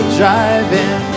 driving